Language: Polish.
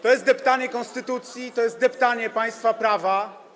To jest deptanie konstytucji, to jest deptanie państwa prawa.